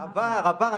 עבר, עבר.